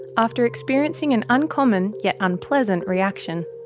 after experiencing an uncommon yet unpleasant reaction.